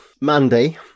Mandy